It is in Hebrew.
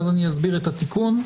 אסביר את התיקון.